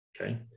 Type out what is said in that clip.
Okay